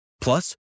Plus